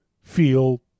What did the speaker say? feel